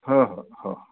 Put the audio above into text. हो हो हो